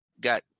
got